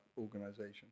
organization